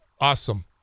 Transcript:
awesome